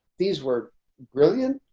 these were brilliant,